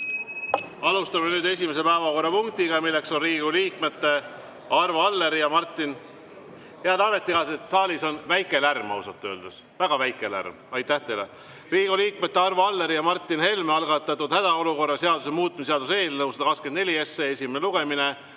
Alustame nüüd esimest päevakorrapunkti, milleks on Riigikogu liikmete Arvo Alleri ja Martin … Head ametikaaslased, saalis on väike lärm ausalt öeldes. Väga väike lärm. Aitäh teile! Riigikogu liikmete Arvo Alleri ja Martin Helme algatatud hädaolukorra seaduse muutmise seaduse eelnõu 124 esimene lugemine.